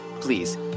please